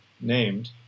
named